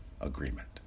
agreement